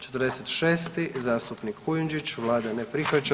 46. zastupnik Kujundžić, vlada ne prihvaća.